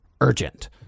urgent